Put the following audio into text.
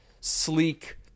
sleek